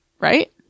right